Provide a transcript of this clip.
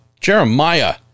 Jeremiah